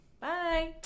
Bye